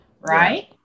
right